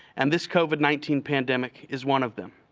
and this covid nineteen pandemic is one of them,